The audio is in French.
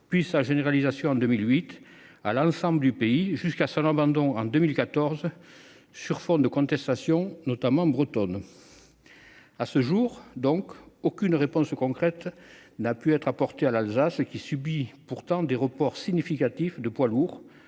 puis sa généralisation, en 2008, à l'ensemble du pays, jusqu'à son abandon, en 2014, sur fond de contestation, notamment bretonne. À ce jour, donc, aucune réponse concrète n'a pu être apportée à l'Alsace, qui subit pourtant des reports significatifs de poids lourds